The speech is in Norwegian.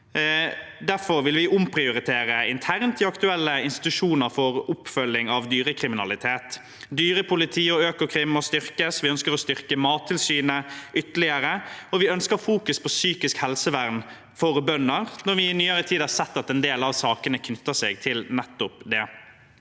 Derfor vil vi omprioritere internt i aktuelle institusjoner for oppfølging av dyrekriminalitet. Dyrepolitiet og Økokrim må styrkes, vi ønsker å styrke Mattilsynet ytterligere, og vi ønsker fokus på psykisk helsevern for bønder, når vi i nyere tid har sett at en del av sakene knytter seg til nettopp det.